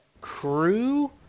crew